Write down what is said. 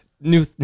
new